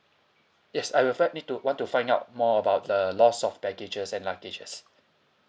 yes I will fac~ need to want to find out more about the lost of baggages and luggages